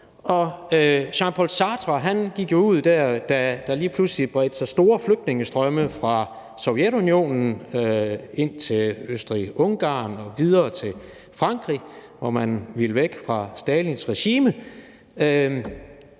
livsfilosoffer. Da der lige pludselig bredte sig store flygtningestrømme fra Sovjetunionen ind til Østrig-Ungarn og videre til Frankrig, som ville væk fra Stalins regime,